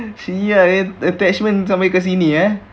[sial] attachment sampai ke sini eh